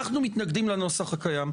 אנחנו מתנגדים לנוסח הקיים.